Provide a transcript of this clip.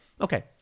Okay